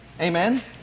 Amen